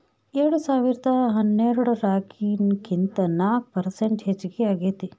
ಎರೆಡಸಾವಿರದಾ ಹನ್ನೆರಡರಾಗಿನಕಿಂತ ನಾಕ ಪರಸೆಂಟ್ ಹೆಚಗಿ ಆಗೇತಿ